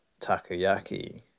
takoyaki